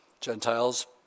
Gentiles